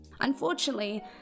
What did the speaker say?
Unfortunately